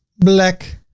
black.